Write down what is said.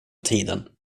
tiden